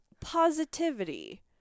Positivity